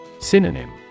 Synonym